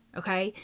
okay